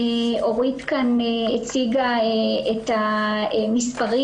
אורית כאן הציגה את המספרים.